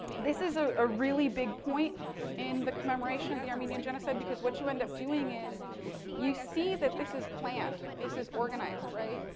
this is ah a really big point in the commemoration of the armenian genocide because what you end up doing is you see that this is planned, this is organized, right.